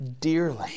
dearly